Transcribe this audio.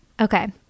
Okay